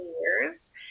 years